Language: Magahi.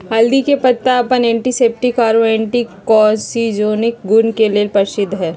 हल्दी के पत्ता अपन एंटीसेप्टिक आरो एंटी कार्सिनोजेनिक गुण के लेल प्रसिद्ध हई